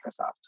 Microsoft